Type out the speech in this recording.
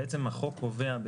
החוק קובע,